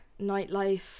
nightlife